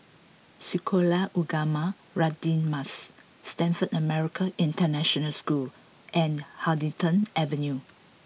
Sekolah Ugama Radin Mas Stamford American International School and Huddington Avenue